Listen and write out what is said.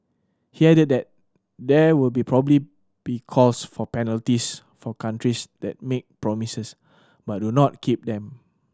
he added that there will probably be calls for penalties for countries that make promises but do not keep them